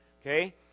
Okay